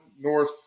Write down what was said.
North